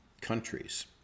countries